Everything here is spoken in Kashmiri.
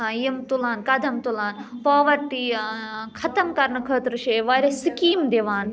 یِم تُلان قدم تُلان پاوَرٹی ختم کَررنہٕ خٲطرٕ چھِ واریاہ سِکیٖم دِوان